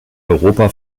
europa